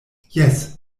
jes